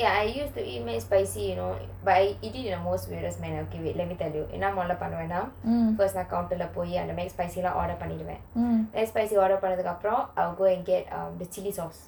ya I used to eat McSpicy you know but I eat it in the various manner but I eat it in the most way okay wait let me tell you என்னா மொதல்ல பண்ணுவனா:enna modalla pannuvana first நா:na counter lah போயி அந்த:poyi antha McSpicy lah order பண்ணிருவன்:panniruvan McSpicy order பண்ணதுக்கு அப்புறம்:pannathukku appuram I'll go and get the chilli sauce